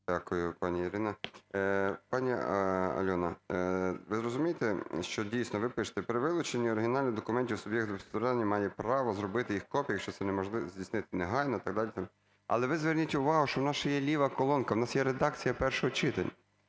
Дякую, пані Ірина. Пані Альона, ви розумієте, що, дійсно, ви пишете: при вилучені оригіналів документів суб'єкта господарювання має право зробити їх копії, якщо це неможливо, здійснити негайно і так далі. Але ви зверніть увагу, що у нас ще є ліва колонка, у нас є редакція першого читання.